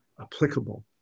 applicable